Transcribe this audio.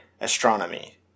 astronomy